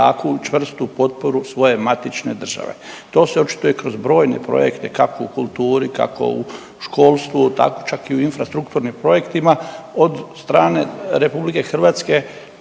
jaku, čvrstu potporu svoje matične države. To se očituje kroz brojne projekte, kako u kulturi, kako u školstvu, čak i u infrastrukturnim projektima od strane RH, od najniže